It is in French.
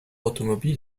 automobile